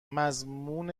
مضمون